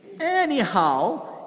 anyhow